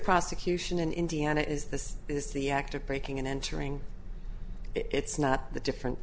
prosecution in indiana is this is the act of breaking and entering it's not that different